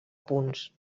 punts